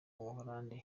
buhorandi